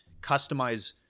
customize